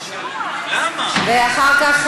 ואחר כך,